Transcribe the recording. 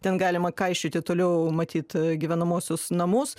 ten galima kaišioti toliau matyt gyvenamuosius namus